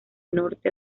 norte